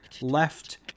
left